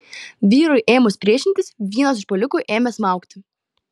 vyrui ėmus priešintis vienas užpuolikų ėmė smaugti